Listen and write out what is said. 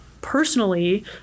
personally